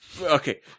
Okay